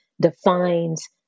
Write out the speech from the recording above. defines